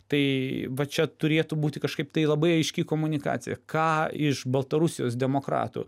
tai va čia turėtų būti kažkaip tai labai aiški komunikacija ką iš baltarusijos demokratų